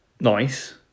nice